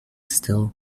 still